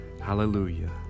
hallelujah